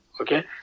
Okay